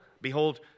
Behold